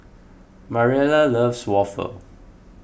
Mariela loves waffle